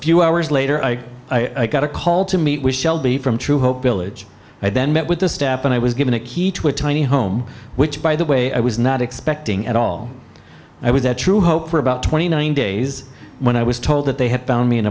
few hours later i got a call to meet with shelby from true hope i then met with the staff and i was given a key to a tiny home which by the way i was not expecting at all i was that true hope for about twenty nine days when i was told that they had found me an